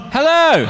Hello